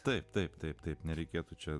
taip taip taip taip nereikėtų čia